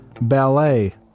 ballet